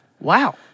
Wow